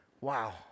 Wow